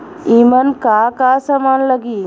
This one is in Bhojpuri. ईमन का का समान लगी?